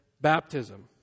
baptism